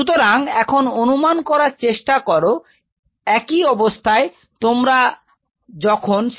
সুতরাং এখন অনুমান করার চেষ্টা করো একই অবস্থার যখন তোমরা CO2 দিয়ে হত্যা করবে